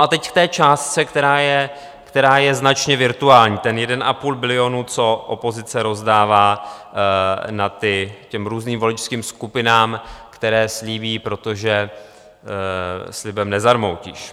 A teď k té částce, která je značně virtuální, ten jeden a půl bilionu, co opozice rozdává těm různým voličským skupinám, které slíbí, protože slibem nezarmoutíš.